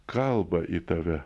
kalbą į tave